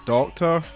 Doctor